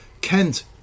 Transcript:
Kent